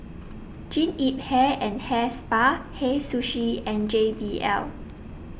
Jean Yip Hair and Hair Spa Hei Sushi and J B L